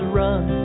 run